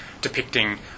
depicting